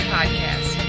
Podcast